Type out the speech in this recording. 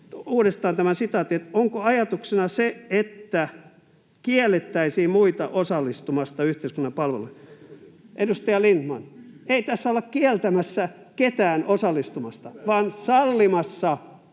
uudestaan tämän sitaatin: ”Onko ajatuksena se, että kiellettäisiin muita osallistumasta yhteiskunnan palveluihin?” Edustaja Lindtman, ei tässä olla kieltämässä ketään osallistumasta vaan sallimassa